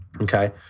okay